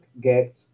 get